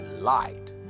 light